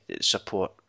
support